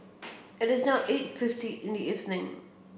it is now eight fifty in the evening